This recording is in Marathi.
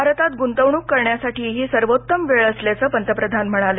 भारतात गुंतवणूक करण्यासाठी ही सर्वोत्तम वेळ असल्याचं पंतप्रधान म्हणाले